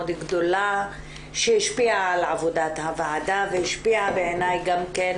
גדולה שהשפיעה על עבודת הוועדה והשפיעה בעיני גם כן,